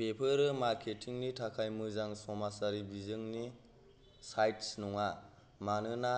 बेफोरो मार्केटिंनि थाखाय मोजां समाजारि बिजोंनि साइट्स नङा मानोना